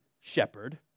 shepherd